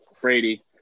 Brady